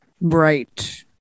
Right